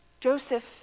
Joseph